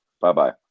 Bye-bye